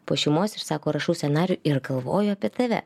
po šeimos ir sako rašau scenarijų ir galvoju apie tave